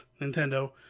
Nintendo